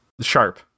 sharp